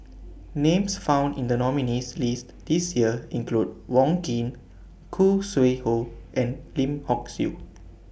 Names found in The nominees' list This Year include Wong Keen Khoo Sui Hoe and Lim Hock Siew